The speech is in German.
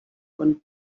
von